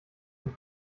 und